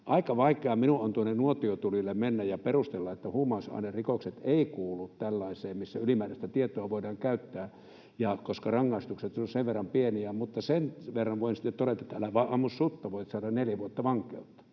aika vaikea minun on tuonne nuotiotulille mennä ja perustella, että huumausainerikokset eivät kuulu tällaiseen, missä ylimääräistä tietoa voidaan käyttää, koska rangaistukset ovat sen verran pieniä, mutta sen verran voin sitten todeta, että älä vain ammu sutta, sillä voit saada neljä vuotta vankeutta,